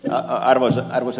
arvoisa puhemies